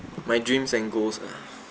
my dreams and goals ah